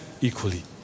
equally